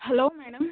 hello madam